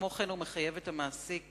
כמו כן, הוא מחייב את המעסיק